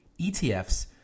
ETFs